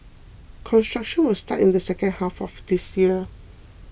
construction will start in the second half of this year